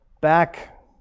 Back